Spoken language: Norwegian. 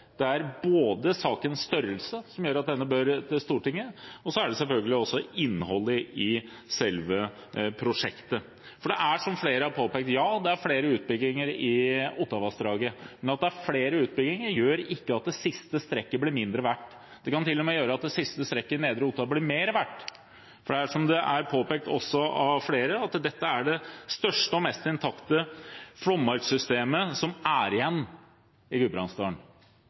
det er både sakens størrelse som gjør at denne bør til Stortinget, og selvfølgelig innholdet i selve prosjektet. For det er som flere har påpekt, flere utbygginger i Ottavassdraget. Men at det er flere utbygginger, gjør ikke at det siste strekket blir mindre verdt. Det kan til og med gjøre at det siste strekket i Nedre Otta blir mer verdt, for – som også flere har påpekt – dette er det største og mest intakte flommarksystemet som er igjen i